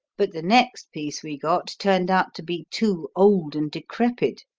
but the next piece we got turned out to be too old and decrepit,